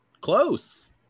close